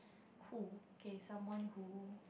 who okay someone who